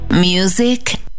Music